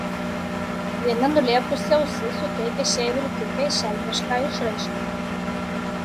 viena nulėpusi ausis suteikia šiai vilkiukei šelmišką išraišką